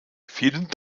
vielen